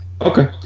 Okay